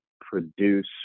produce